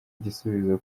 igisubizo